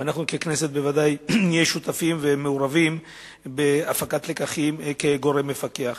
ואנחנו ככנסת נהיה בוודאי שותפים ומעורבים בהפקת הלקחים כגורם מפקח.